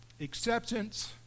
acceptance